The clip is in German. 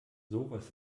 sowas